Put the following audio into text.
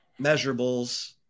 measurables